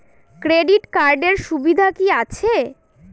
Credit কার্ডের সুবিধা কি আছে?